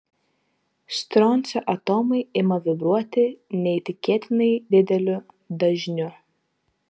stroncio atomai ima vibruoti neįtikėtinai dideliu dažniu